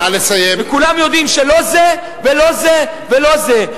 וכולם יודעים שלא זה ולא זה ולא זה,